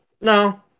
No